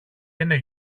είναι